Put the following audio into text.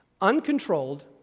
Uncontrolled